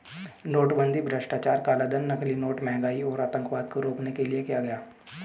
नोटबंदी भ्रष्टाचार, कालाधन, नकली नोट, महंगाई और आतंकवाद को रोकने के लिए किया गया